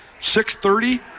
6.30